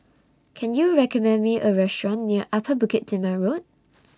Can YOU recommend Me A Restaurant near Upper Bukit Timah Road